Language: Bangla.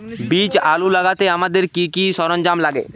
বীজ আলু লাগাতে আমাদের কি কি সরঞ্জাম লাগে?